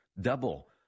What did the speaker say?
Double